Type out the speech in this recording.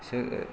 सो